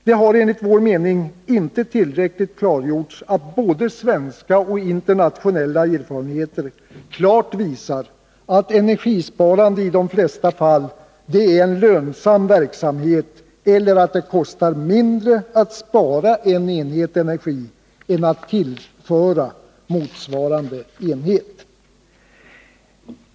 Det har enligt vår mening inte tillräckligt klargjorts att både svenska och internationella erfarerheter klart visar att det kostar mindre att spara en enhet energi än att tillföra motsvarande enhet.